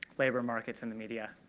labor markets, and the media.